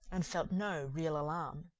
and felt no real alarm.